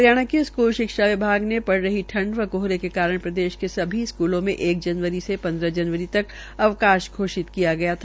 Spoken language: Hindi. हरियाणा के स्कूल शिक्षा विभाग ने पड़ रही ठंड व कोहरे के कारण प्रदेश के सभी स्कूलों में एक जनवरी से पन्द्रह जनवरी तक अवकाश घोषित किया गया था